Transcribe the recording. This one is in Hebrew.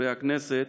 חברי הכנסת,